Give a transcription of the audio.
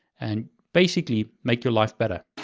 and basically, make your life better.